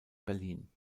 berlin